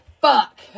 fuck